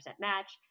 match